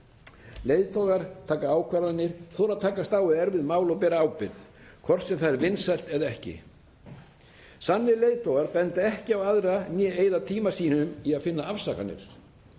Leiðtogar taka ákvarðanir og þeir þora að takast á við erfið mál og bera ábyrgð, hvort sem það er vinsælt eða ekki. Sannir leiðtogar benda ekki á aðra né eyða tíma sínum í að finna afsakanir.